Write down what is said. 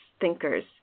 thinkers